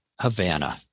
Havana